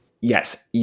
yes